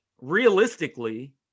realistically